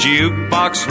Jukebox